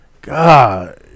God